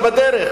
את בדרך,